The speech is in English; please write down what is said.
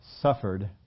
suffered